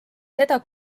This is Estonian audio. seda